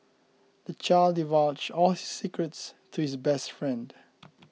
the child divulged all his secrets to his best friend